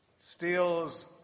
steals